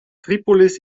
tripolis